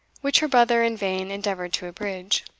which her brother in vain endeavoured to abridge.